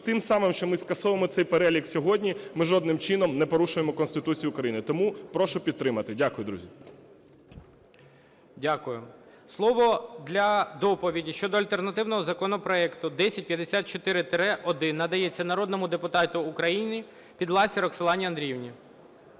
тим самим, що ми скасовуємо цей перелік сьогодні, ми жодним чином не порушуємо Конституцію України. Тому прошу підтримати. Дякую, друзі. ГОЛОВУЮЧИЙ. Дякую. Слово для доповіді щодо альтернативного законопроекту 1054-1 надається народному депутату України Підласій Роксолані Андріївні.